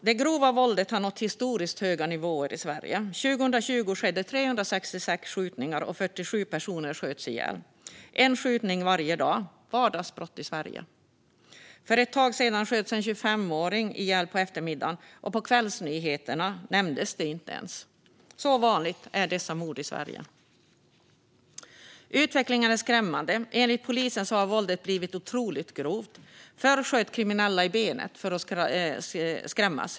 Det grova våldet har nått historiskt höga nivåer i Sverige. År 2020 skedde 366 skjutningar, och 47 personer sköts ihjäl. Det är en skjutning varje dag - vardagsbrott i Sverige! För ett tag sedan sköts en 25åring ihjäl på eftermiddagen, och på kvällsnyheterna nämndes det inte ens. Så vanligt är det med dessa mord i Sverige. Utvecklingen är skrämmande. Enligt polisen har våldet blivit otroligt grovt. Förr sköt kriminella i benet för att skrämmas.